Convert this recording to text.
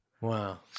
wow